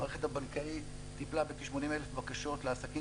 המערכת הבנקאית טיפלה בכ-80,000 בקשות לעסקים